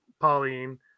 Pauline